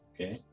Okay